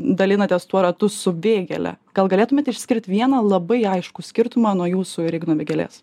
dalinatės tuo ratu su vėgele gal galėtumėt išskirt vieną labai aiškų skirtumą nuo jūsų ir igno vėgėlės